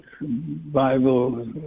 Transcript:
Bible